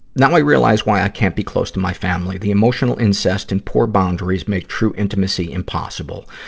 now i realize why i can't be close to my family the emotional incest and poor boundaries make true intimacy impossible.